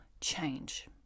change